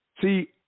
See